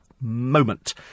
moment